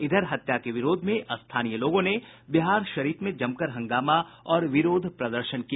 इधर हत्या के विरोध में स्थानीय लोगों ने बिहारशरीफ में जमकर हंगामा और विरोध प्रदर्शन किया